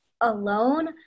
alone